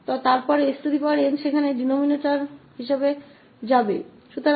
के साथहै और फिर वहां s n डिनोमिनेटर के पास जाएगा